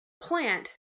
plant